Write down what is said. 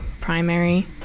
primary